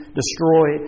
destroy